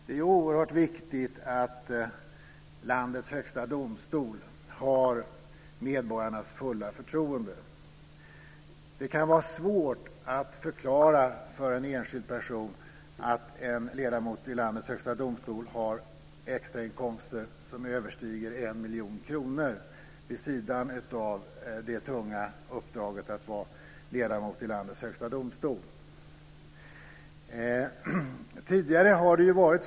Det är oerhört viktigt att landets högsta domstol har medborgarnas fulla förtroende. Det kan vara svårt att förklara för en enskild person att en ledamot i landets högsta domstol har extrainkomster som överstiger 1 miljon kronor vid sidan av det tunga uppdraget som ledamot i Högsta domstolen.